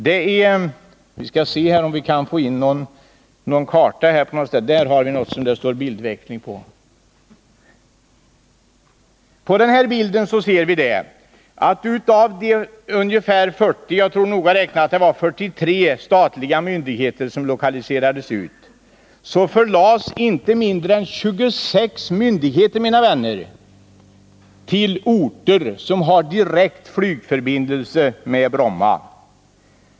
På den karta som nu syns i bildrutan ser vi att av ungefär 40 — jag tror att det noga räknat gällde 43 statliga myndigheter som utlokaliserades — förlades inte mindre än 26 myndigheter, mina vänner, till orter som har direkt flygförbindelse med Bromma.